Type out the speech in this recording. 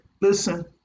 listen